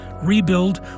rebuild